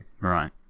Right